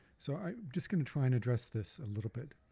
so i'm just going to try and address this a little bit,